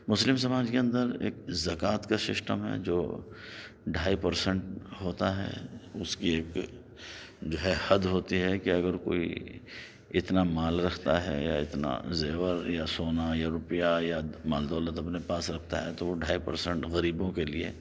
مسلم سماج کے اندر ایک زکوٰۃ کا سسٹم ہے جو ڈھائی پرسینٹ ہوتا ہے اس کی ایک جو ہے حد ہوتی ہے کہ اگر کوئی اتنا مال رکھتا ہے یا اتنا زیور یا سونا یا روپیہ یا مال و دولت اپنے پاس رکھتا ہے تو وہ ڈھائی پرسینٹ غریبوں کے لیے